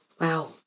Wow